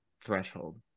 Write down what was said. threshold